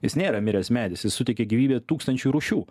jis nėra miręs medis jis suteikia gyvybę tūkstančiai rūšių